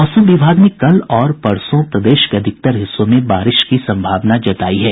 मौसम विभाग ने कल और परसों प्रदेश के अधिकांश हिस्सों में बारिश की संभावना जतायी है